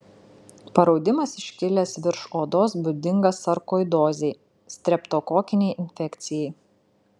paraudimas iškilęs virš odos būdingas sarkoidozei streptokokinei infekcijai